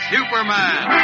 Superman